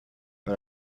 but